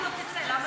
תוציא אותו.